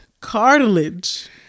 cartilage